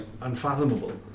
unfathomable